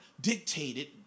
dictated